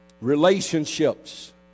Relationships